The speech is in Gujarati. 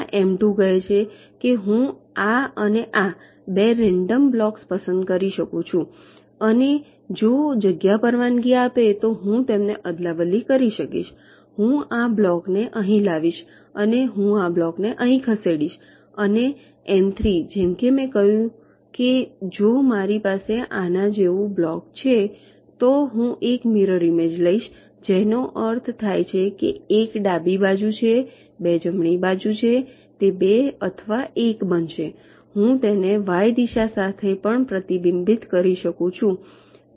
આ એમ 2 કહે છે કે હું આ અને આ બે રેન્ડમ બ્લોક્સ પસંદ કરી શકું છું અને જો જગ્યા પરવાનગી આપે તો હું તેમની અદલાબદલી કરીશ હું આ બ્લોકને અહીં લાવીશ અને હું આ બ્લોકને અહીં ખસેડીશ અને એમ 3 જેમ કે મેં કહ્યું છે કે જો મારી પાસે આના જેવું બ્લોક છે તો હું એક મીરર ઈમેજ લઈશ જેનો અર્થ થાય છે કે 1 ડાબી બાજુ છે 2 જમણી બાજુ છે તે 2 અથવા 1 બનશે અથવા હું તેને વાય દિશા સાથે પણ પ્રતિબિંબિત કરી શકું છું